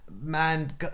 man